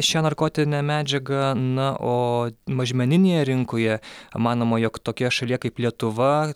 šią narkotinę medžiagą na o mažmeninėje rinkoje manoma jog tokioje šalyje kaip lietuva